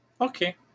Okay